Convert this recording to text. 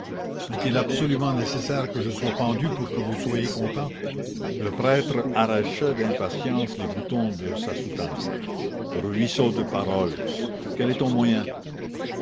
est-il absolument nécessaire que je sois pendu pour que vous soyez content le prêtre arrachait d'impatience les boutons de sa soutane ruisseau de paroles quel est ton moyen